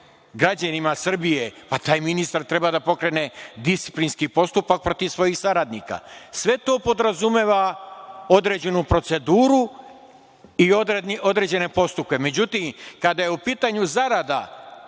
građanima Srbije. Pa, taj ministar treba da pokrene disciplinski postupak protiv svojih saradnika. Sve to podrazumeva određenu proceduru i određene postupke.Međutim, kada je u pitanju zarada,